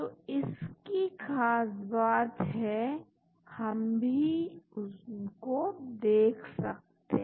तो इसकी खास बात है कि हम भी उनको देख सकते हैं